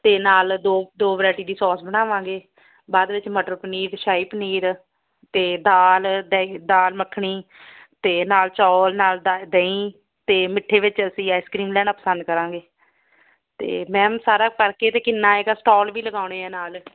ਅਤੇ ਨਾਲ਼ ਦੋ ਦੋ ਵਰੈਟੀ ਦੀ ਸੋਸ ਬਣਾਵਾਂਗੇ ਬਾਅਦ ਵਿੱਚ ਮਟਰ ਪਨੀਰ ਸ਼ਾਹੀ ਪਨੀਰ ਅਤੇ ਦਾਲ ਦਾਲ ਮੱਖਣੀ ਅਤੇ ਨਾਲ਼ ਚੌਲ ਨਾਲ਼ ਦਾ ਦਹੀਂ ਅਤੇ ਮਿੱਠੇ ਵਿੱਚ ਅਸੀਂ ਆਈਸਕ੍ਰੀਮ ਲੈਣਾ ਪਸੰਦ ਕਰਾਂਗੇ ਅਤੇ ਮੈਮ ਸਾਰਾ ਕਰਕੇ ਅਤੇ ਕਿੰਨਾ ਆਏਗਾ ਸਟੋਲ ਵੀ ਲਗਾਉਣੇ ਆ ਨਾਲ਼